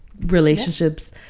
relationships